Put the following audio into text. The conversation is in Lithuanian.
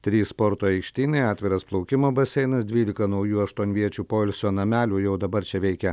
trys sporto aikštynai atviras plaukimo baseinas dvylika naujų aštuonviečių poilsio namelių jau dabar čia veikia